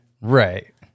right